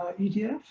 ETF